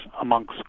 amongst